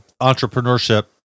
entrepreneurship